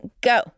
go